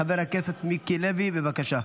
חבר הכנסת מיקי לוי, בבקשה.